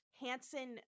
Hansen